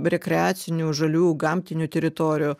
rekreacinių žaliųjų gamtinių teritorijų